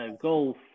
golf